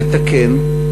לתקן,